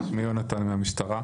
אני מהמשטרה.